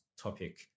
topic